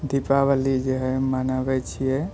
दीपावली जे हइ मनाबै छियै